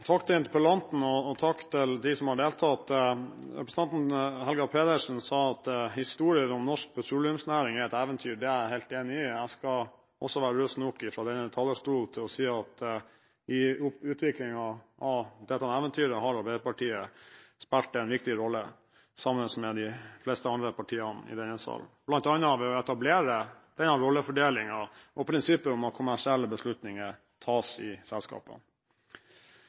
Takk til interpellanten, og takk til dem som har deltatt. Representanten Helga Pedersen sa at historien om norsk petroleumsnæring er et «eventyr». Det er jeg helt enig i. Jeg skal også fra denne talerstol være raus nok til å si at i utviklingen av dette eventyret har Arbeiderpartiet spilt en viktig rolle, sammen med de fleste andre partiene i denne sal, bl.a. ved å etablere denne rollefordelingen og prinsippet om at kommersielle beslutninger tas i